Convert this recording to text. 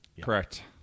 Correct